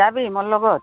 যাবি মোৰ লগত